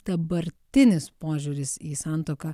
dabartinis požiūris į santuoką